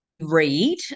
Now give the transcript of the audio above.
read